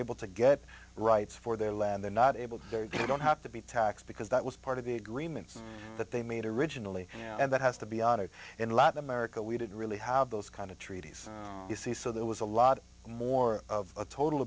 able to get rights for their land they're not able to do you don't have to be taxed because that was part of the agreements that they made originally and that has to be honored in latin america we didn't really have those kind of treaties you see so there was a lot more of a total